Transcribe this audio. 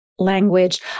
language